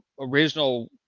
original